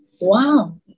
Wow